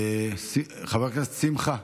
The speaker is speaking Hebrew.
חבר הכנסת שמחה,